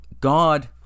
God